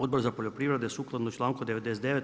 Odbor za poljoprivredu sukladno članku 99.